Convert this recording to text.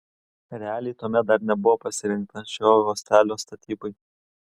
realiai tuomet dar nebuvo pasirengta šio uostelio statybai